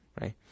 right